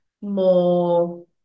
More